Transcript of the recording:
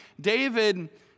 David